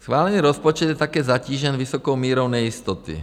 Schválený rozpočet je také zatížen vysokou mírou nejistoty.